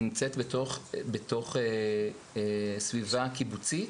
היא נמצאת בתוך סביבה קיבוצית,